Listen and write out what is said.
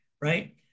right